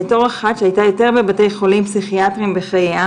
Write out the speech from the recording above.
בתור אחת שהייתה יותר בבתי חולים פסיכיאטריים בחייה